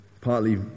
partly